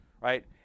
right